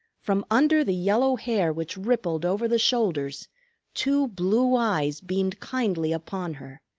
from under the yellow hair which rippled over the shoulders two blue eyes beamed kindly upon her,